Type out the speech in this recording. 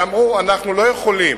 ואמרו: אנחנו לא יכולים